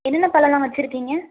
என்னென்ன பழம்லாம் வச்சுருக்கீங்க